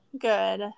good